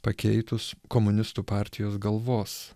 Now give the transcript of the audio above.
pakeitus komunistų partijos galvos